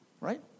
right